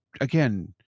again